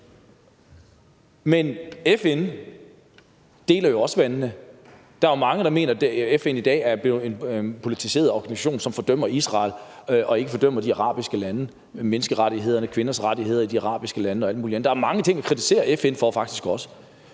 Men FN deler også vandene. Der er jo mange, der mener, at FN i dag er blevet en politiseret organisation, som fordømmer Israel og ikke fordømmer de arabiske lande i forhold til menneskerettighederne, kvinders rettigheder og alt muligt andet. Der er faktisk også mange ting at kritisere FN for. Så